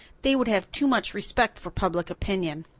they would have too much respect for public opinion.